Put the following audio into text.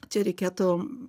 čia reikėtų